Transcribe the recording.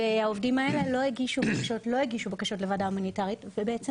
והעובדים האלה לא הגישו בקשות לוועדה ההומניטרית ובעצם